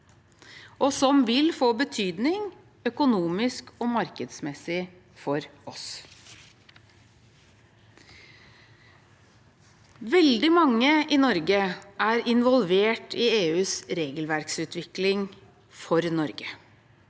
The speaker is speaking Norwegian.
og vil få betydning økonomisk og markedsmessig for oss. Veldig mange i Norge er involvert i EUs regelverksutvikling for Norge,